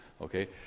okay